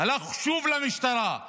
הלך שוב למשטרה.